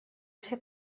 ser